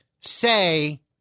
say